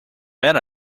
bet